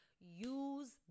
use